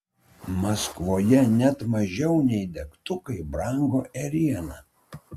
maskvoje net mažiau nei degtukai brango ėriena